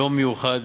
יום מיוחד.